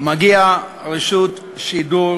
מגיעה רשות שידור